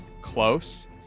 close